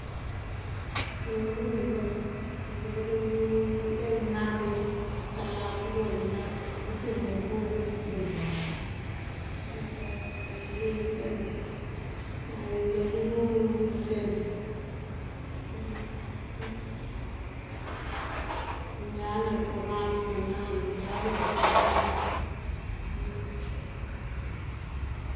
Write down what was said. Ilegimyi kay uler uler uwí mëëmankir, salade dúun daŋ pëtí mëëndiŋ púrir pëënkáandul. Náa ikoloŋ, náa leegum useni mëënjáana tomat ná nájo, jáaţ á cína káanubi, bëënwín njí.